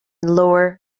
lower